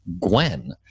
gwen